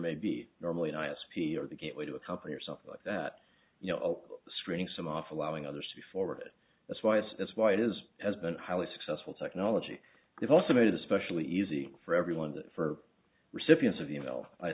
maybe normally naya speed or the gateway to a company or something like that you know screening some off allowing others to forward it that's why this is why it is has been highly successful technology they've also made it especially easy for everyone for recipients of you know i